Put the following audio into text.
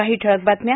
काही ठळक बातम्या